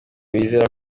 bizera